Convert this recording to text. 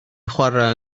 chwarae